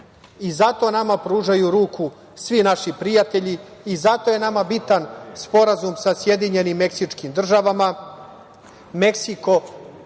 i zato nama pružaju ruku svi naši prijatelji i zato je nama bitan Sporazum sa Sjedinjenim Meksičkim Državama.